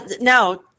now